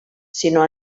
sinó